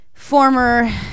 Former